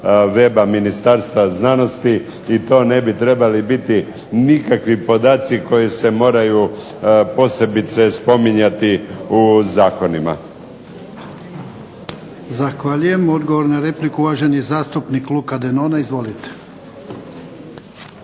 web-a Ministarstva znanosti i to ne bi trebali biti nikakvi podaci koji se moraju posebice spominjati u zakonima.